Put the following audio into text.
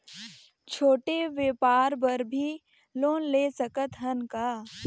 छोटे व्यापार बर भी लोन ले सकत हन का?